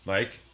Mike